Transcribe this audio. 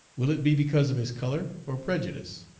will it be because of his color or prejudice?